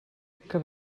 que